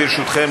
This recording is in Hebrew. ברשותכם,